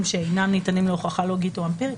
שאינם ניתנים להוכחה לוגית או אמפירית".